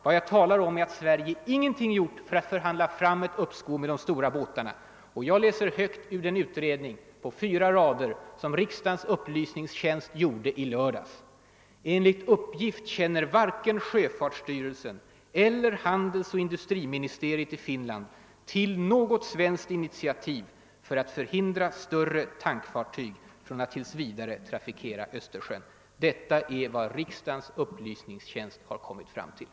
Vad jag sagt är att Sverige ingenting gjort för att förhandla sig fram till ett uppskov med de stora båtarna. Jag läser högt ur en utredning på några få rader som riksdagens upplysningstjänst gjorde i fredags: »Enligt uppgift känner varken sjöfartsstyrelsen eller handelsoch industriministeriet i Finland till något svenskt initiativ att förhindra större tankfartyg från att tills vidare trafikera Östersjön.» Detta är vad riksdagens upplysningstjänst kommit fram till.